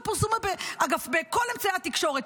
ופורסמו אגב בכל אמצעי התקשורת.